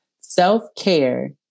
Self-care